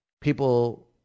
people